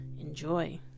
enjoy